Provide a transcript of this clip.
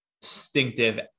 distinctive